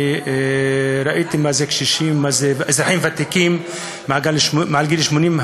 ראיתי מה זה קשישים ואזרחים ותיקים מעל גיל 80,